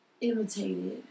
imitated